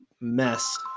mess